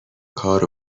کار